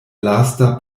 lasta